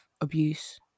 abuse